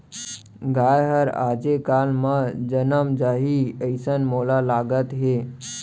गाय हर आजे काल म जनम जाही, अइसन मोला लागत हे